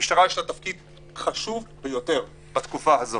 למשטרה יש תפקיד חשוב ביותר בתקופה הזאת,